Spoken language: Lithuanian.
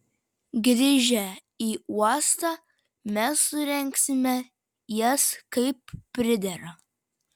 grįžę į uostą mes surengsime jas kaip pridera